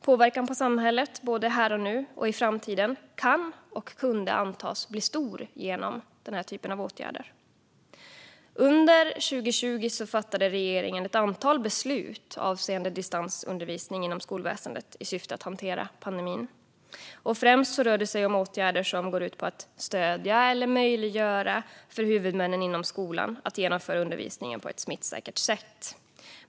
Påverkan på samhället av den här typen av åtgärder både här och nu och i framtiden kan och kunde antas bli stor. Under 2020 fattade regeringen ett antal beslut avseende distansundervisning inom skolväsendet i syfte att hantera pandemin. Främst rör det sig om åtgärder som går ut på att stödja eller möjliggöra för huvudmännen inom skolan att genomföra undervisningen på ett smittsäkert sätt.